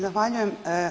Zahvaljujem.